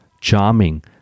charming